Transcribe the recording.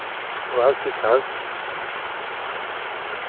बस ठीक ठाक